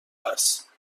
هست